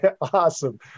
Awesome